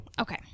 Okay